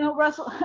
so russell,